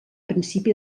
principi